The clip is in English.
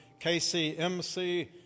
KCMC